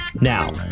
Now